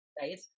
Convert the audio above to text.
Right